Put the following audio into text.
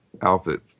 outfit